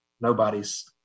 nobody's